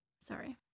sorry